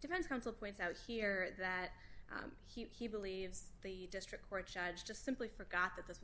defense counsel points out here that he believes the district court judge just simply forgot that this was